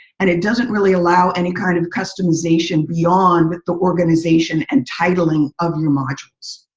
and it doesn't really allow any kind of customization beyond with the organization and titling of new modules.